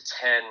ten